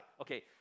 Okay